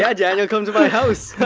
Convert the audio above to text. yeah daniel come to my house